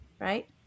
right